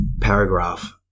paragraph